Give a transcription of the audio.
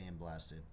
sandblasted